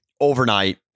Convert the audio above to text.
overnight